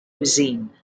cuisine